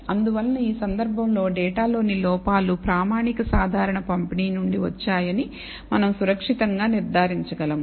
అందువలన ఈ సందర్భంలో డేటాలోని లోపాలు ప్రామాణిక సాధారణ పంపిణీ నుండి వచ్చాయని మనం సురక్షితంగా నిర్ధారించగలము